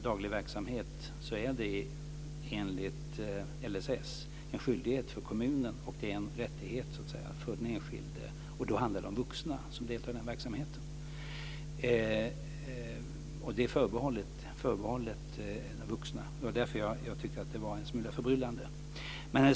Daglig verksamhet enligt LSS är en skyldighet för kommunen och så att säga en rättighet för den enskilde, och verksamheten är förbehållen vuxna. Jag tyckte därför att uppgifterna var en smula förbryllande.